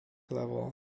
level